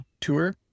tour